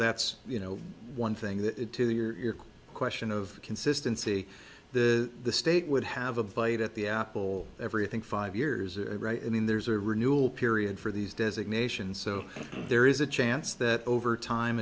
that's you know one thing that it to your question of consistency the state would have a bite at the apple every i think five years right and then there's a renewal period for these designations so there is a chance that over time